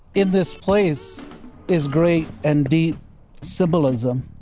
in this place is great and deep symbolism,